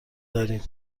داریم